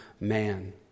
man